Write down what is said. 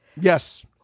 Yes